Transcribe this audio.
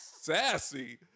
Sassy